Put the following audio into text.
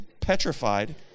petrified